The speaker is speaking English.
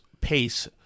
pace